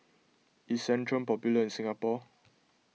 is Centrum popular in Singapore